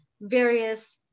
various